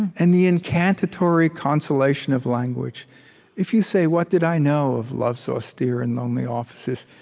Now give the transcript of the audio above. and the incantatory consolation of language if you say, what did i know of love's austere and lonely offices?